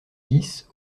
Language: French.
dix